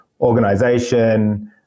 organization